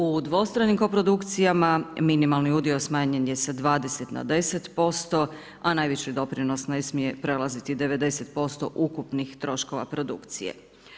U dvostranim koprodukcijama, minimalni udio smanjen je sa 20 na 10% a najveći doprinos ne smije prelaziti 90 ukupnih troškova produkcije.